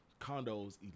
Condos